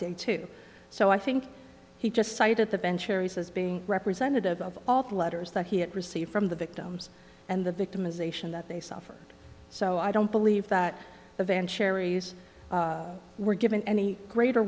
day too so i think he just cited the bench areas as being representative of all the letters that he had received from the victims and the victimization that they suffered so i don't believe that the van cherries were given any greater